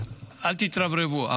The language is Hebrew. אל תתרברבו.